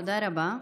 תודה רבה.